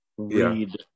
read